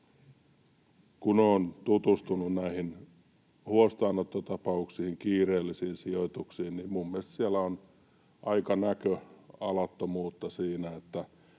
kun olen tutustunut näihin huostaanottotapauksiin, kiireellisiin sijoituksiin, niin minun mielestäni siellä on aika näköalattomuutta siinä,